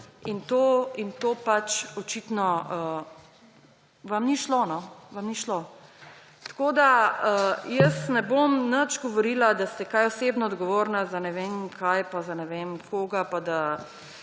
in to pač očitno vam ni šlo. Jaz ne bom nič govorila, da ste kaj osebno odgovorni za ne vem kaj pa za ne vem koga pa da